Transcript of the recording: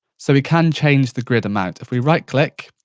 so we can change the grid amount. if we right click,